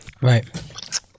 Right